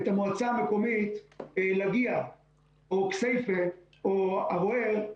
את המועצה המקומית לקיה או כסייפה או ערוער,